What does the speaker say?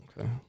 Okay